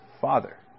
Father